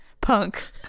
Punk